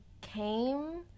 came